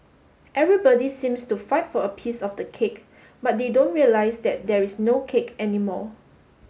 everybody seems to fight for a piece of the cake but they don't realise that there is no cake anymore